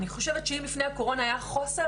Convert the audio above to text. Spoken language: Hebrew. אני חושבת שאם לפני הקורונה היה חוסר,